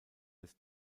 des